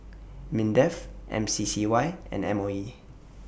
Mindef M C C Y and M O E